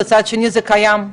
מצד שני זה קיים,